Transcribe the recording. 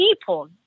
people